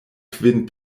kvin